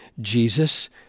Jesus